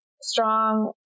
strong